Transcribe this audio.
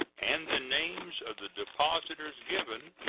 and the names of the depositors given,